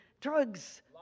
drugs